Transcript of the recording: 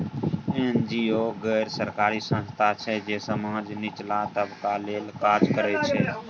NGO गैर सरकारी संस्था छै जे समाजक निचला तबका लेल काज करय छै